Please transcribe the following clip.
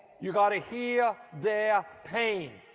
you got to hear their pain.